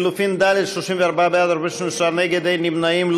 לחלופין ד': 34 בעד, 43 נגד, אין נמנעים.